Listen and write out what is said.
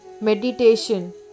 meditation